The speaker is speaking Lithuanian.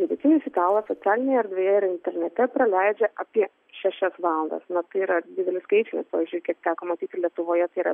vidutinis italas socialinėje erdvėje ir internete praleidžia apie šešias valandas na tai yra didelis skaičius o žiūrėkit teko matyti lietuvoje tai yra